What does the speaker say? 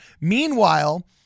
Meanwhile